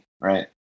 right